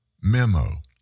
memo